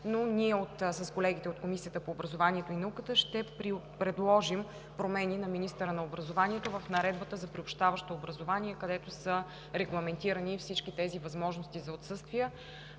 Ние с колегите от Комисията по образованието и науката ще предложим промени на министъра на образованието в Наредбата за приобщаващо образование, където са регламентирани всички тези възможности за отсъствия.